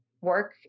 work